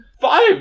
five